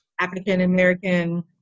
African-American